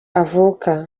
avuka